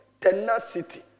tenacity